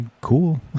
cool